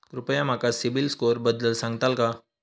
कृपया माका सिबिल स्कोअरबद्दल सांगताल का?